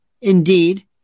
Indeed